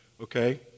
Okay